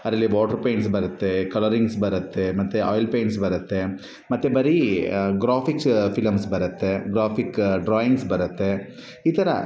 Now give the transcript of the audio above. ಅದರಲ್ಲಿ water paints ಬರುತ್ತೆ colourings ಬರುತ್ತೆ ಮತ್ತು ಆಯಿಲ್ ಪೇಂಟ್ಸ್ ಬರುತ್ತೆ ಮತ್ತು ಬರೀ ಗ್ರಾಫಿಕ್ಸ್ ಫಿಲಂಸ್ ಬರುತ್ತೆ ಗ್ರಾಫಿಕ್ ಡ್ರಾಯಿಂಗ್ಸ್ ಬರುತ್ತೆ ಈ ಥರ